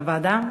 לוועדה.